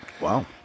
Wow